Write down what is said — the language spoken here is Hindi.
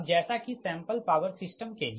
अब जैसा कि सैंपल पॉवर सिस्टम के लिए